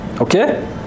Okay